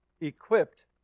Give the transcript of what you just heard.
equipped